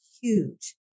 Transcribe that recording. Huge